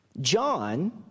John